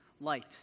light